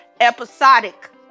episodic